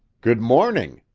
good morning.